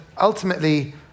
ultimately